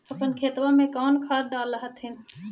अपने खेतबा मे कौन खदिया डाल हखिन?